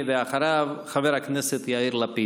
אחריו, חבר הכנסת יאיר לפיד.